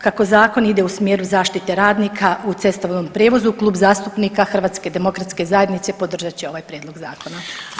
Kako zakon ide u smjeru zaštite radnika u cestovnom prijevozu Klub zastupnika HDZ-a podržat će ovaj prijedlog zakona.